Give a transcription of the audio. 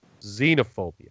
xenophobia